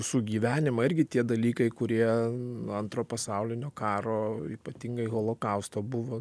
sugyvenimą irgi tie dalykai antro pasaulinio karo ypatingai holokausto buvo